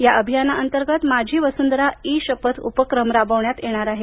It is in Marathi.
या अभियानांतर्गत माझी वसुंधरा ई शपथ उपक्रम राबविण्यात येणार आहे